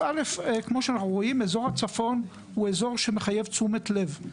א', אזור הצפון הוא אזור שמחייב תשומת לב.